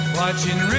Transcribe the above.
watching